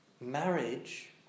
Marriage